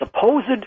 supposed